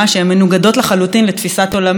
שהן מנוגדות לחלוטין לתפיסת עולמי,